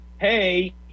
hey